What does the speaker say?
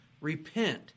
Repent